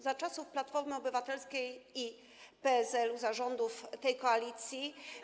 Za czasów Platformy Obywatelskiej i PSL-u, za rządów tej koalicji.